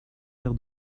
verre